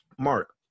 Mark